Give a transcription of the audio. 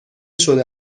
شده